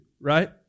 right